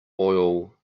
oil